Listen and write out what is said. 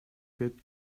get